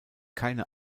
keine